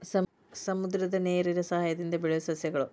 ಸಮುದ್ರದ ನೇರಿನ ಸಯಹಾಯದಿಂದ ಬೆಳಿಯುವ ಸಸ್ಯಗಳು